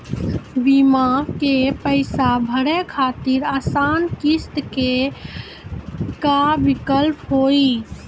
बीमा के पैसा भरे खातिर आसान किस्त के का विकल्प हुई?